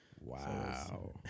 Wow